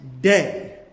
day